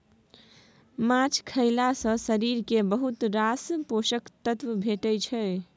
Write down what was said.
माछ खएला सँ शरीर केँ बहुत रास पोषक तत्व भेटै छै